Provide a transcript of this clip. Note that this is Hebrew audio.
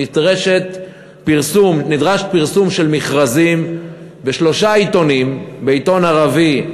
נדרש פרסום של מכרזים בשלושה עיתונים: בעיתון ערבי,